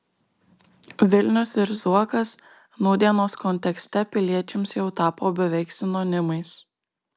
vilnius ir zuokas nūdienos kontekste piliečiams jau tapo beveik sinonimais